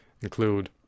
include